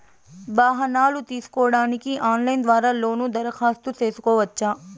వాహనాలు తీసుకోడానికి ఆన్లైన్ ద్వారా లోను దరఖాస్తు సేసుకోవచ్చా?